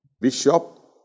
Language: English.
bishop